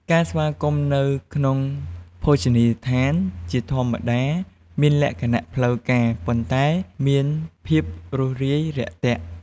ការស្វាគមន៍នៅក្នុងភោជនីយដ្ឋានជាធម្មតាមានលក្ខណៈផ្លូវការ ប៉ុន្តែមានភាពរួសរាយរាក់ទាក់។